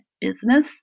business